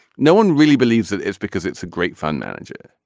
no one really believes that it's because it's a great fund manager.